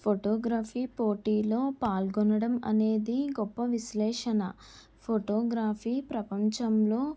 photography పోటీలో పాల్గొనడం అనేది గొప్ప విశ్లేషణ ఫోటోగ్రఫీ ప్రపంచంలో